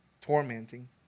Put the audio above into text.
tormenting